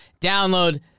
Download